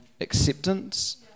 acceptance